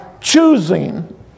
choosing